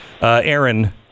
aaron